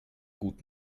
gut